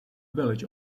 village